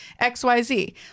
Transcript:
xyz